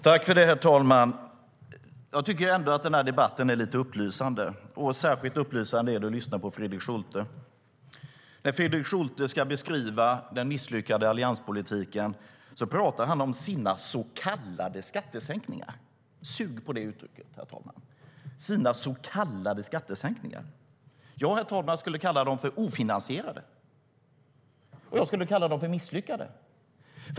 Herr talman! Jag tycker ändå att debatten är lite upplysande. Särskilt upplysande är det att lyssna på Fredrik Schulte. När Fredrik Schulte ska beskriva den misslyckade allianspolitiken talar han om sina så kallade skattesänkningar. Sug på det uttrycket, herr talman! Sina så kallade skattesänkningar - jag skulle kalla dem för ofinansierade. Jag skulle kalla dem för misslyckade.